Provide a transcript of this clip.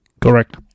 Correct